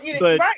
right